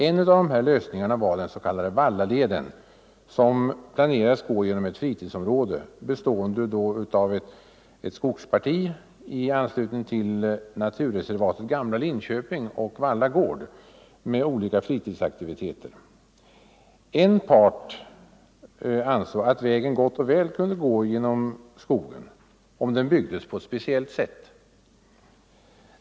En av dessa lösningar var den s.k. Vallaleden som planerats gå genom ett fritidsområde, bestående av ett skogsparti i anslutning till naturreservatet Gamla Linköping och Valla gård med olika fritidsaktiviteter. Den ena parten ansåg att vägen gott och väl kunde gå genom skogen om den byggdes på ett speciellt sätt.